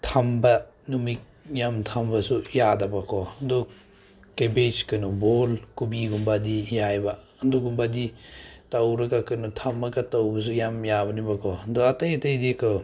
ꯊꯝꯕ ꯅꯨꯃꯤꯠ ꯌꯥꯝ ꯊꯝꯕꯁꯨ ꯌꯥꯗꯕꯀꯣ ꯑꯗꯨ ꯀꯦꯕꯦꯖ ꯀꯩꯅꯣ ꯕꯣꯜ ꯀꯣꯕꯤꯒꯨꯝꯕꯗꯤ ꯌꯥꯏꯑꯕ ꯑꯗꯨꯒꯨꯝꯕꯗꯤ ꯇꯧꯔꯒ ꯀꯩꯅꯣ ꯊꯝꯃꯒ ꯇꯧꯕꯁꯨ ꯌꯥꯝ ꯌꯥꯕꯅꯦꯕꯀꯣ ꯑꯗꯣ ꯑꯇꯩ ꯑꯇꯩꯗꯤꯀꯣ